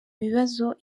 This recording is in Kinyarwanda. bibazo